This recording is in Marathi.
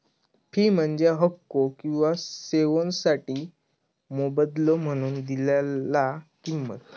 फी म्हणजे हक्को किंवा सेवोंसाठी मोबदलो म्हणून दिलेला किंमत